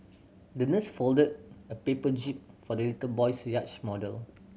the nurse folded a paper jib for the little boy's yacht model